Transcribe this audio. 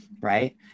right